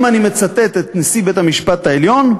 אם אני מצטט את נשיא בית-המשפט העליון,